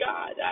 God